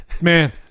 Man